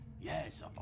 Yes